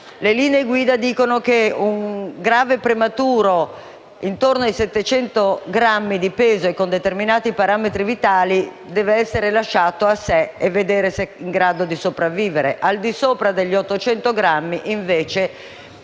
le linee guida dicono che un grave prematuro, intorno ai 700 grammi di peso e con determinati parametri vitali, deve essere lasciato a sé e vedere se sia in grado di sopravvivere. Al di sopra degli 800 grammi sono